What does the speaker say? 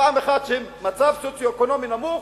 פעם אחת הם במצב סוציו-אקונומי נמוך